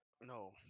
no